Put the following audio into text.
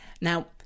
now